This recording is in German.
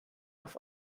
auf